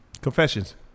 Confessions